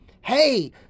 hey